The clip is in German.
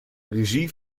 regie